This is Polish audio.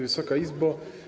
Wysoka Izbo!